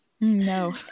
No